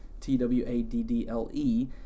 T-W-A-D-D-L-E